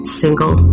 single